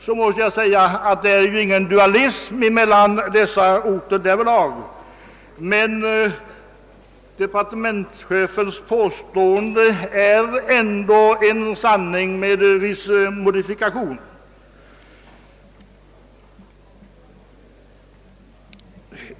Det är dock ingen dualism mellan dessa orter i det hänseendet. Departementschefens påstående är en sanning med viss modifikation.